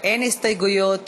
אין הסתייגויות